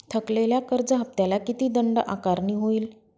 थकलेल्या कर्ज हफ्त्याला किती दंड आकारणी होईल?